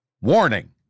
Warning